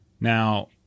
Now